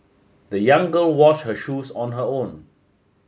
the young girl wash her shoes on her own